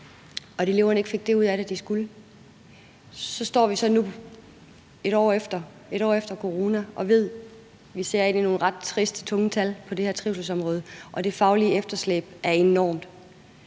og at eleverne ikke fik det ud af det, som de skulle. Så står vi nu 1 år efter corona og ser ind i nogle ret triste, tunge tal på det her trivselsområde, og det faglige efterslæb er enormt.